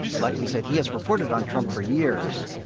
like we said, he has reported on trump for years.